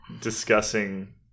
discussing